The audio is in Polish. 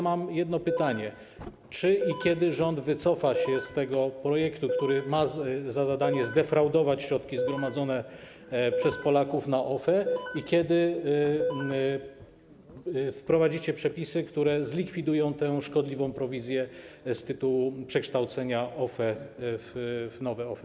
Mam jedno pytanie: Czy i kiedy rząd wycofa się z tego projektu, który ma za zadanie zdefraudować środki zgromadzone przez Polaków w OFE, i kiedy wprowadzicie przepisy, które zlikwidują tę szkodliwą prowizję z tytułu przekształcenia OFE w nowe OFE?